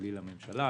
הכלכלי לממשלה.